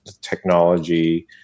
technology